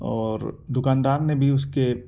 اور دکان دار نے بھی اس کے